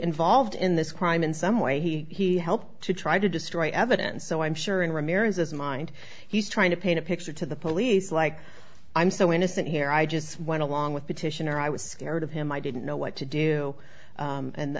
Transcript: involved in this crime in some way he helped to try to destroy evidence so i'm sure in ramirez's mind he's trying to paint a picture to the police like i'm so innocent here i just went along with petitioner i was scared of him i didn't know what to do